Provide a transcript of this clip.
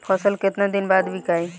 फसल केतना दिन बाद विकाई?